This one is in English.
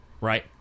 right